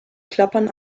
klappern